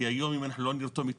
כי היום אם לא נרתום את